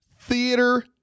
theater